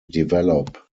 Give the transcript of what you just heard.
develop